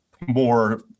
more